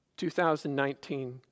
2019